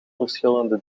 verschillende